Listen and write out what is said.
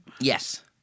Yes